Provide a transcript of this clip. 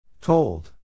Told